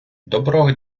доброго